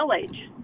village